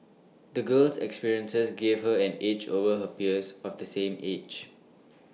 the girl's experiences gave her an edge over her peers of the same age